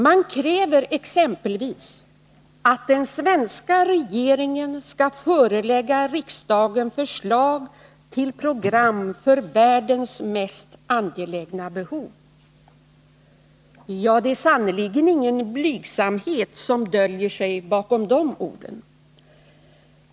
Man kräver exempelvis att den svenska regeringen skall förelägga riksdagen förslag till program för världens mest angelägna behov. Ja, det är sannerligen ingen blygsamhet som döljer sig bakom de orden.